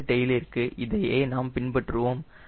செங்குத்து டெய்லிற்க்கு இதையே நாம் பின்பற்றுவோம்